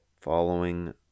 following